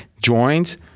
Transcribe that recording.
joins